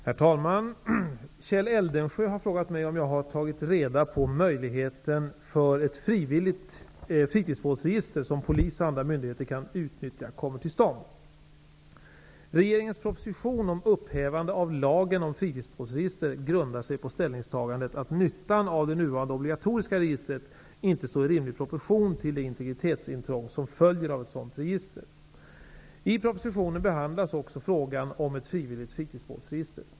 Herr talman! Kjell Eldensjö har frågat mig om jag har tagit reda på möjligheten för att ett frivilligt fritidsbåtsregister som polis och andra myndigheter kan utnyttja kommer till stånd. Regeringens proposition om upphävande av lagen om fritidsbåtsregister grundar sig på ställningstagandet att nyttan av det nuvarande obligatoriska registret inte står i rimlig proportion till det integritetsintrång som följer av ett sådant register. I propositionen behandlas också frågan om ett frivilligt fritidsbåtsregister.